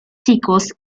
chicos